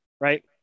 right